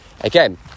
Again